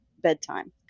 bedtime